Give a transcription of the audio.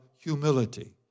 humility